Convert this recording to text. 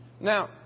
Now